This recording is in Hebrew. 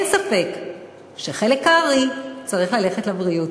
אין ספק שחלק הארי צריך ללכת לבריאות.